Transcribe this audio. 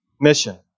mission